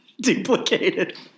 duplicated